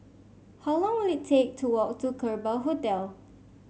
how long will it take to walk to Kerbau Hotel